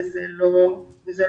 אבל זה לא המצב.